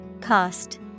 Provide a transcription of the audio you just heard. Cost